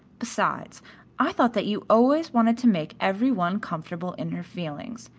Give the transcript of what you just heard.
besides i thought that you always wanted to make every one comfortable in her feelings.